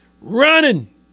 running